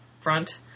front